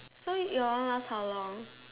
so you are one last how long